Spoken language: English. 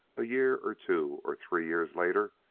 a year or two or three years later,